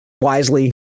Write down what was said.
wisely